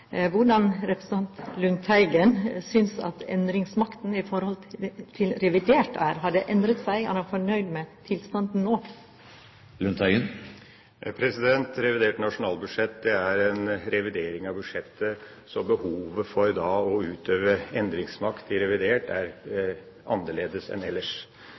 hvordan representanten Lundteigen synes endringsmakten er i forhold til revidert. Har det endret seg? Er han fornøyd med tilstanden nå? Revidert nasjonalbudsjett er en revidering av budsjettet, så behovet for å utøve endringsmakt i revidert er annerledes enn ellers.